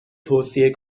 توصیه